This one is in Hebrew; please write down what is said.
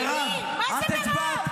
מי שחרר את רב-המרצחים?